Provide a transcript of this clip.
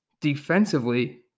defensively